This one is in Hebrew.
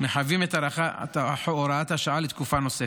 מחייבים את הארכת הוראת השעה לתקופה נוספת.